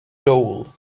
dole